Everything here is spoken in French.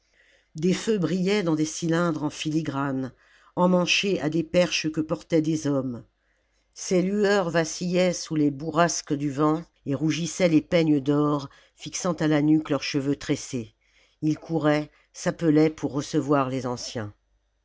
des feux brûlaient dans des cylindres en filigrane emmanchés à des perches que portaient des hommes ces lueurs vacillaient sous les bourrasques du vent et rougissaient les peignes d'or fixant à la nuque leurs cheveux tressés ils couraient s'appelaient pour recevoir les anciens